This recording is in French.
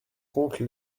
compte